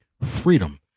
Freedom